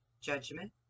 judgment